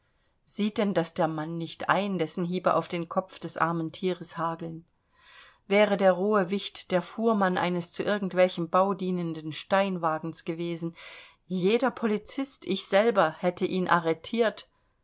sieht denn das der mann nicht ein dessen hiebe auf den kopf des armen tieres hageln wäre der rohe wicht der fuhrmann eines zu irgendwelchem bau dienenden steinwagens gewesen jeder polizist ich selber hätte ihn arretiert